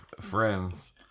friends